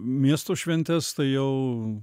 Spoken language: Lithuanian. miesto šventes tai jau